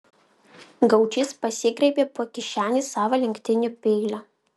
gaučys pasigraibė po kišenes savo lenktinio peilio